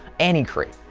any crate!